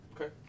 Okay